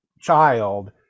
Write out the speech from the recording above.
child